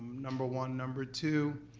number one. number two,